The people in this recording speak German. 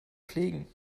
pflegen